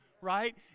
Right